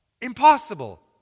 Impossible